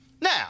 Now